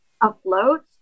afloat